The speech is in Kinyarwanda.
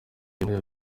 atuyemo